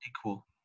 equal